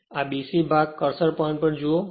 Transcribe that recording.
આ અહીં BC ભાગ કર્સર પોઇન્ટ પર જુઓ